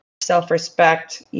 self-respect